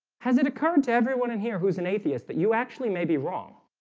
has it occurred to everyone in here who's an atheist that you actually may be wrong